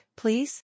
please